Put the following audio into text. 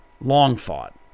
long-fought